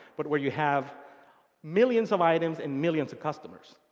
but where you have millions of items and millions of customers.